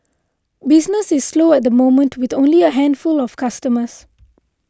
business is slow at the moment with only a handful of customers